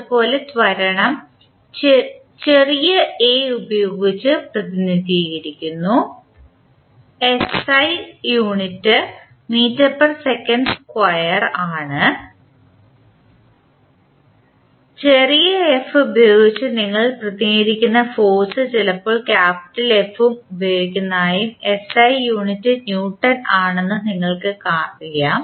അതുപോലെ ത്വരണം ചെറിയ a ഉപയോഗിച്ച് പ്രതിനിധീകരിക്കുന്നു SI unit metre per second square ആണ് ചെറിയ f ഉപയോഗിച്ച് നിങ്ങൾ പ്രതിനിധീകരിക്കുന്ന ഫോഴ്സ് ചിലപ്പോൾ ക്യാപിറ്റൽ F ഉപയോഗിക്കുന്നതായും SI യൂണിറ്റ് ന്യൂട്ടൺ ആണെന്നും നിങ്ങൾ കാണും